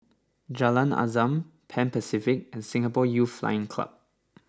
Jalan Azam Pan Pacific and Singapore Youth Flying Club